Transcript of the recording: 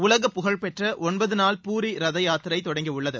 உலகப் புகழ் பெற்ற ஒன்பதுநாள் பூரி ரத யாத்திரை தொடங்கி உள்ளது